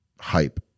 hype